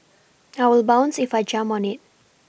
I will bounce if I jump on it